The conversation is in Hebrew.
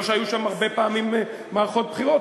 לא שהיו שם הרבה פעמים מערכות בחירות,